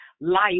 Life